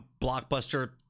blockbuster